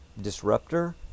disruptor